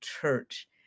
church